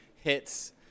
hits